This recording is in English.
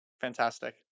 fantastic